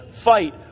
fight